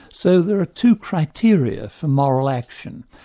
so there are two criteria for moral action.